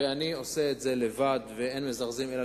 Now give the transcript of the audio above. ואני עושה את זה לבד ואין מזרזין אלא